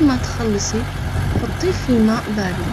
ما تخلصي حطيه في ماء بارد.